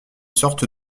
sorte